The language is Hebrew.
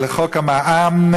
על חוק המע"מ,